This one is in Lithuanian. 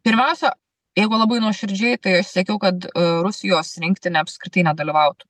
pirmiausia jeigu labai nuoširdžiai tai aš siekiau kad rusijos rinktinė apskritai nedalyvautų